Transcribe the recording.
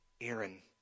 Aaron